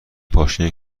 پاشنه